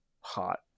Hot